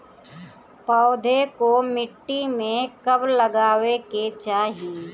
पौधे को मिट्टी में कब लगावे के चाही?